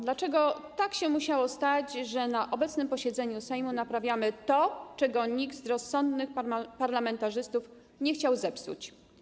Dlaczego tak się musiało stać, że na obecnym posiedzeniu Sejmu naprawiamy to, czego nikt z rozsądnych parlamentarzystów nie chciał zepsuć?